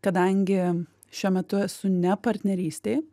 kadangi šiuo metu esu ne partnerystėj